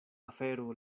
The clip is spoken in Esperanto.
afero